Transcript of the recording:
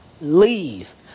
Leave